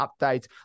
updates